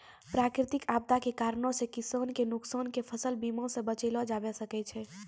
प्राकृतिक आपदा के कारणो से किसान के नुकसान के फसल बीमा से बचैलो जाबै सकै छै